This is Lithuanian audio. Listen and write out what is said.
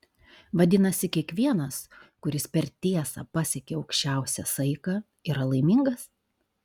vadinasi kiekvienas kuris per tiesą pasiekia aukščiausią saiką yra laimingas